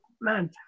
man